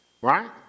Right